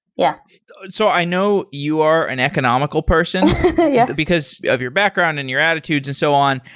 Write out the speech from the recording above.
yeah so i know you're an economical person yeah because of your background and your attitudes and so on.